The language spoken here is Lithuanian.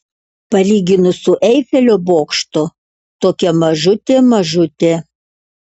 palyginus su eifelio bokštu tokia mažutė mažutė